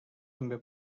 també